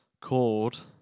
called